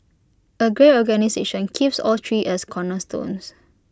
A great organisation keeps all three as cornerstones